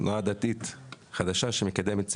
תנועה דתית חדשה שמקדמת שמחה,